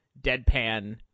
deadpan